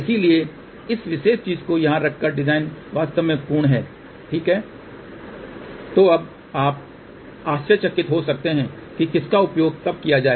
इसलिए इस विशेष चीज़ को यहाँ रखकर डिज़ाइन वास्तव में पूर्ण है ठीक है तो अब आप आश्चर्यचकित हो सकते हैं कि किसका उपयोग कब किया जाए